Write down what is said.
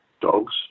Dogs